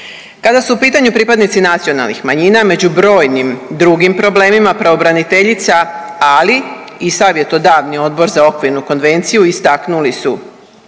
Kada su u pitanju pripadnici nacionalnih manjina među brojnim drugim problemima pravobraniteljica, ali i savjetodavni odbor za okvirnu konvenciju istaknuli su